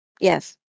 Yes